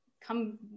come